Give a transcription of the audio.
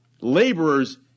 laborers